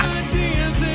ideas